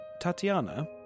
Tatiana